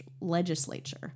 Legislature